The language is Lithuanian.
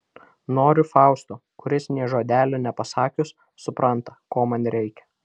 noriu fausto kuris nė žodelio nepasakius supranta ko man reikia